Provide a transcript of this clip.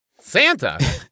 Santa